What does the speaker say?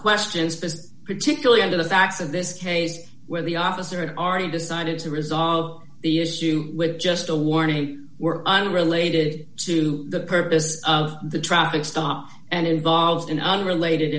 questions because particularly under the facts of this case where the officer had already decided to resolve the issue with just a warning were unrelated to the purpose of the traffic stop and involved in unrelated